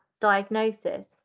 diagnosis